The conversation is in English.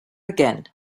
again